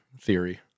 theory